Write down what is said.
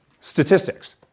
statistics